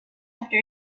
after